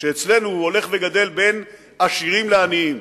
שאצלנו הולך וגדל, בין עשירים לעניים.